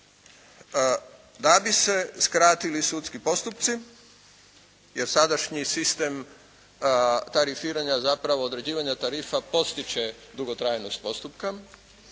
da bi se skratili sudski postupci jer sadašnji sistem tarifiranja zapravo određivanja tarifa potiče dugotrajnost postupka.